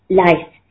life